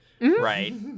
right